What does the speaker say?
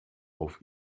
auf